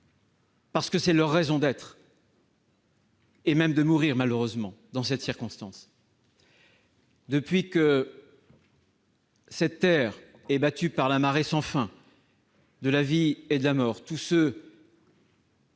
parce que c'est leur raison d'être- et même de mourir, malheureusement. Depuis que cette terre est battue par la marée sans fin de la vie et de la mort, tous ceux